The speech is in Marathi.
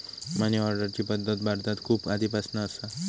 मनी ऑर्डरची पद्धत भारतात खूप आधीपासना असा